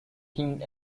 themed